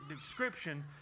description